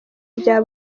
rya